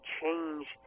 change